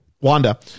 Wanda